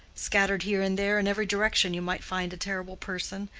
scattered here and there in every direction you might find a terrible person,